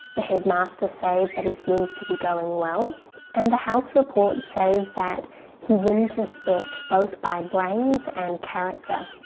the headmaster says that he seems to be going well and the house report says that he wins respect both by brains and character.